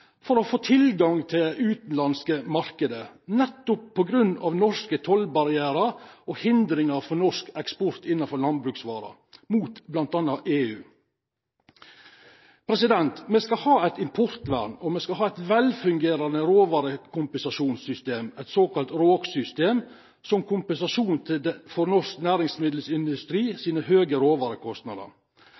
for å få tilgang til utenlandske markeder, nettopp på grunn av norske tollbarrierer og hindringer for norsk eksport med landbruksvarer mot bl.a. EU. Vi skal ha et importvern, og vi skal ha et velfungerende råvarekompensasjonssystem, et såkalt RÅK-system, som kompensasjon for norsk næringsmiddelindustris høye råvarekostnader. Men det er viktig for